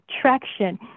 traction